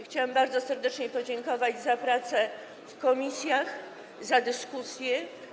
Chciałam bardzo serdecznie podziękować za pracę w komisjach, za dyskusję.